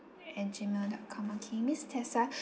at Gmail dot com okay miss tessa